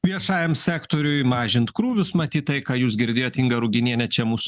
viešajam sektoriui mažint krūvius matyt tai ką jūs girdėjot inga ruginienė čia mūsų